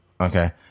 okay